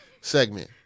segment